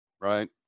Right